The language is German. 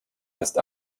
ist